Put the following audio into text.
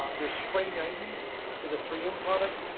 ah there's spray ninety is a three and product.